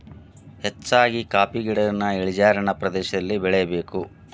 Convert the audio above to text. ಹೆಚ್ಚಾಗಿ ಕಾಫಿ ಗಿಡಗಳನ್ನಾ ಇಳಿಜಾರಿನ ಪ್ರದೇಶದಲ್ಲಿ ಬೆಳೆಯಬೇಕು